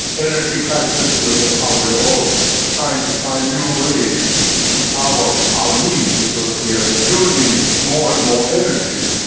energy crisis, you know, how we're all trying to find new ways to power our needs because we are using more and more energy.